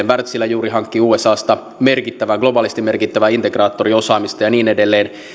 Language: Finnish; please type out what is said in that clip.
wärtsilä juuri hankki usasta globaalisti merkittävää integraattoriosaamista ja niin edelleen